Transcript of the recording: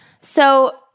So-